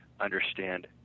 understand